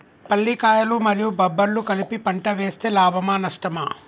పల్లికాయలు మరియు బబ్బర్లు కలిపి పంట వేస్తే లాభమా? నష్టమా?